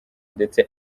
ndetse